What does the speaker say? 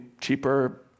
cheaper